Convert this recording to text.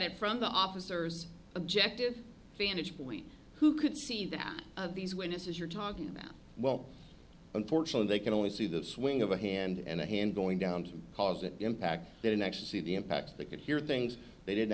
it from the officers objective vantage point who could see that these witnesses you're talking about well unfortunately they can only see the swing of a hand and a hand going down to cause an impact the next see the impacts they could hear things they didn't